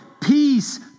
peace